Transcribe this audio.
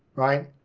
right.